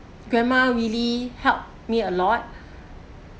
grandma really help me a lot